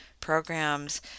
programs